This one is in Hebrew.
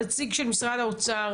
הנציג של משרד האוצר,